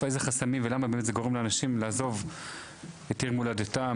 איזה חסמים ולמה זה באמת גורם לאנשים לעזוב את עיר הולדתם,